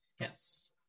Yes